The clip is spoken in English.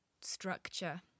structure